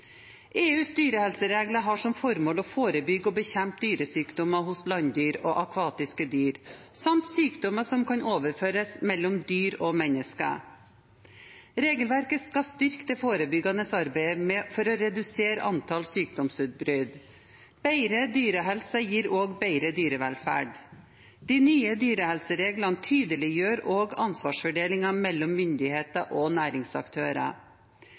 bekjempe dyresykdommer hos landdyr og akvatiske dyr samt sykdommer som kan overføres mellom dyr og mennesker. Regelverket skal styrke det forebyggende arbeidet for å redusere antall sykdomsutbrudd. Bedre dyrehelse gir også bedre dyrevelferd. De nye dyrehelsereglene tydeliggjør også ansvarsfordelingen mellom myndigheter og næringsaktører. Det framgår videre at innlemmelse av forordningens bestemmelser vil medføre økonomiske og administrative konsekvenser som påvirker direkte tilsynsmyndigheter og næringsaktører.